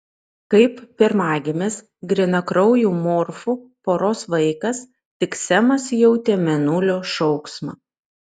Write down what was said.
kaip pirmagimis grynakraujų morfų poros vaikas tik semas jautė mėnulio šauksmą